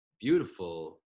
beautiful